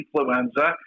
influenza